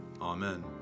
Amen